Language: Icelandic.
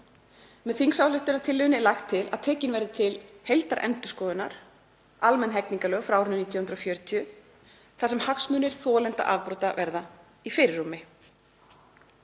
Með þingsályktunartillögunni er lagt til að tekin verði til heildarendurskoðunar almenn hegningarlög frá árinu 1940 þar sem hagsmunir þolenda afbrota verða í fyrirrúmi.